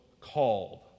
called